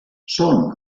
són